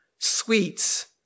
sweets